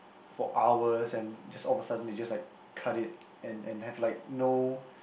for hours and just all of a sudden they just like cut it and and have like no